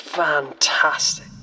Fantastic